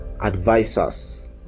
advisors